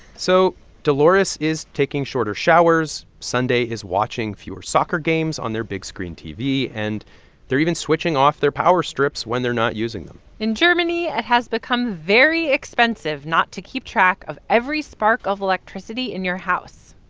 so dolores is taking shorter showers. sunday is watching fewer soccer games on their big-screen tv. and they're even switching off their power strips when they're not using them in germany, it has become very expensive not to keep track of every spark of electricity in your house.